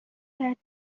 کرد